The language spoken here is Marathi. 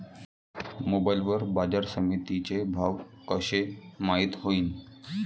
मोबाईल वर बाजारसमिती चे भाव कशे माईत होईन?